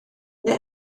neu